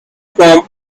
from